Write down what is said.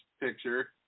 picture